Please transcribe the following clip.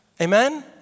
Amen